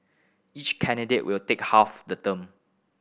each candidate will take half the term